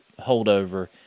holdover